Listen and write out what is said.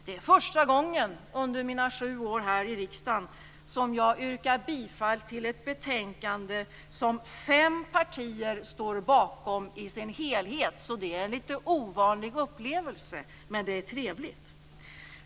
Det är första gången under mina sju år i riksdagen som jag yrkar bifall till hemställan i ett betänkande som fem partier står bakom i dess helhet. Det är en ovanlig upplevelse. Men den är trevlig.